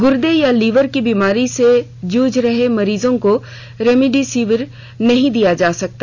गुर्दे या लीवर की गंभीर बीमारी से जूझ रहे मरीजों को रेमडेसिवियर नहीं दी जा सकता